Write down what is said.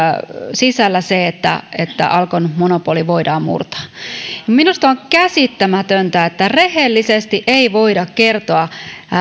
sisällä se että että alkon monopoli voidaan murtaa minusta on käsittämätöntä että rehellisesti ei voida kertoa